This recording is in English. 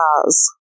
Cars